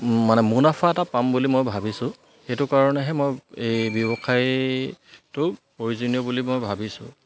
মানে মুনাফা এটা পাম বুলি মই ভাবিছোঁ সেইটো কাৰণেহে মই এই ব্যৱসায়টো প্ৰয়োজনীয় বুলি মই ভাবিছোঁ